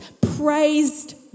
praised